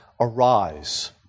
arise